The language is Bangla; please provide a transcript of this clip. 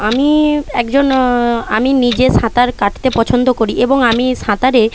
আমি একজন আমি নিজে সাঁতার কাটতে পছন্দ করি এবং আমি সাঁতারে